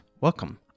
Welcome